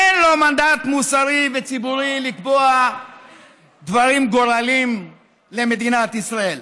אין לו מנדט מוסרי וציבורי לקבוע דברים גורליים למדינת ישראל".